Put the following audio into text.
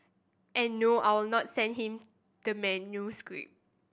and no I'll not send him the manuscript